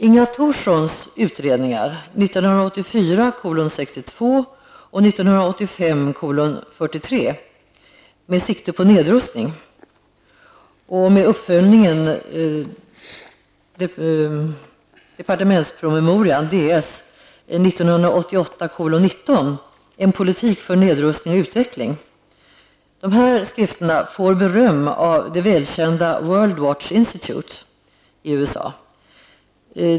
1985:43 Med sikte på nedrustning, med uppföljningen Ds 1988:19 En politik för nedrustning och utveckling, får beröm av det välkända World Watch Institute i USA.